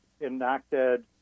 enacted